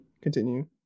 continue